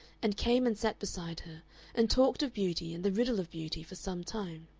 and came and sat beside her and talked of beauty and the riddle of beauty for some time.